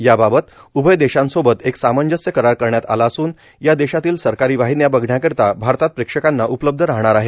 याबाबत उभय देशांसोबत एक सांमजस्य करार करण्यात आला असून या देशातील सरकारी वाहिन्या बघण्याकरिता भारतात प्रेक्षकांना उपलब्ध राहणार आहेत